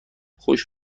خوش